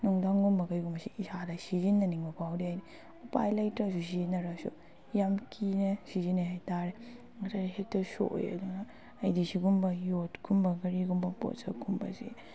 ꯅꯨꯡꯊꯪꯒꯨꯝꯕ ꯀꯩꯒꯨꯝꯕꯁꯤ ꯏꯁꯥꯗ ꯁꯤꯖꯤꯟꯅꯅꯤꯕ ꯐꯥꯎꯗꯦ ꯍꯥꯏꯗꯤ ꯎꯄꯥꯏ ꯂꯩꯇ꯭ꯔꯁꯨ ꯁꯤꯖꯤꯟꯅꯔꯁꯨ ꯌꯥꯝ ꯀꯤꯅ ꯁꯤꯖꯤꯟꯅꯩ ꯍꯥꯏꯇꯥꯔꯦ ꯉꯁꯥꯏ ꯍꯦꯛꯇ ꯁꯣꯛꯑꯦ ꯑꯗꯨꯅ ꯑꯩꯗꯤ ꯁꯤꯒꯨꯝꯕ ꯌꯣꯠꯀꯨꯝꯕ ꯀꯔꯤꯒꯨꯝꯕ ꯄꯣꯠꯁꯛ ꯀꯨꯝꯕꯁꯤ